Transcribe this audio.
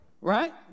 right